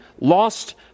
lost